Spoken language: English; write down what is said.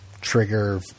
trigger –